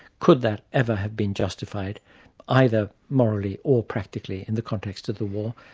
could that ever have been justified either morally or practically in the context of the war,